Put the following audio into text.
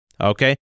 okay